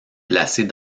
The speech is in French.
placer